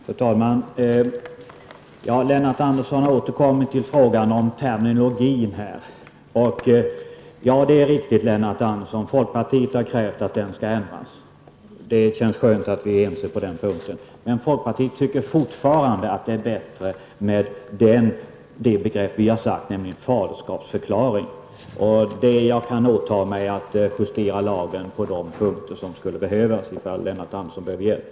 Fru talman! Lennart Andersson återkommer till frågan om terminologin. Det är riktigt, Lennart Andersson, att folkpartiet krävt att terminologin skall ändras, och det känns skönt att vi är ense på den punkten. Folkpartiet anser fortfarande att ''faderskapsförklaring'' är en bättre term. Jag kan åta mig att justera lagen på de punkter där det behövs, om Lennart Andersson behöver hjälp.